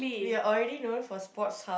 we are already known for sports hub